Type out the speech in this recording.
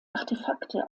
artefakte